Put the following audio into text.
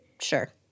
Sure